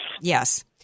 Yes